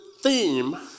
theme